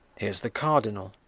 here's the cardinal.